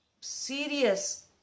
serious